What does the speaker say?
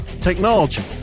technology